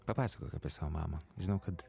papasakok apie savo mamą žinau kad